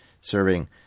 serving